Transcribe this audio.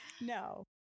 No